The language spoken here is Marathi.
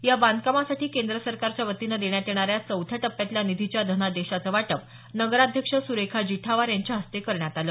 या बांधकामासाठी केंद्र सरकारच्या वतीनं देण्यात येणाऱ्या चौथ्या टप्प्यातल्या निधीच्या धनादेशाचे वाटप नगराध्यक्ष सुरेखा जिठावार यांच्या हस्ते करण्यात आलं